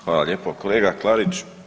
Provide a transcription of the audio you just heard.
Hvala lijepo kolega Klarić.